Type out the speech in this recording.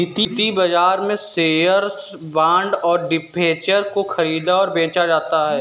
द्वितीयक बाजार में शेअर्स, बॉन्ड और डिबेंचर को ख़रीदा और बेचा जाता है